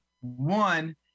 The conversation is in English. one